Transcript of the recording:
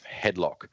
headlock